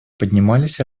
поднимались